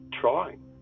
trying